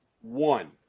one